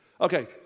Okay